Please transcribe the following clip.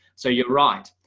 so you're right.